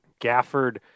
Gafford –